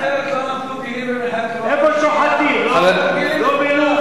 איפה שוחטים, לא בלוב?